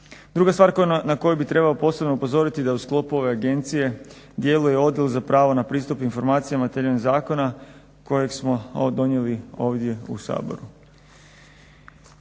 Druga stvar na koju bih trebao posebno upozoriti da u sklopu ove agencije djeluje Odjel za pravo na pristup informacijama temeljem zakona kojeg smo donijeli ovdje u Saboru.